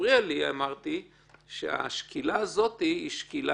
מה שמפריע לי שהשקילה הזאת היא שקילה